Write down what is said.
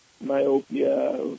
myopia